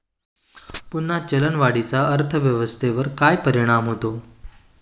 पुन्हा चलनवाढीचा अर्थव्यवस्थेवर काय परिणाम होतो